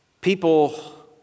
people